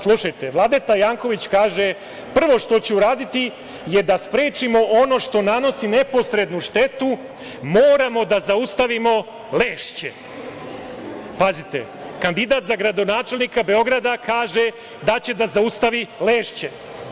Slušajte, Vladeta Janković kaže: „Prvo što ću uraditi je da sprečimo ono što nanosi neposrednu štetu, moramo da zaustavimo Lešće.“ Pazite, kandidat za gradonačelnika Beograda kaže da će da zaustavi Lešće.